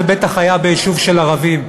זה בטח היה ביישוב של ערבים.